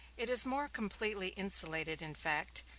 it is more completely insulated, in fact,